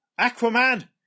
Aquaman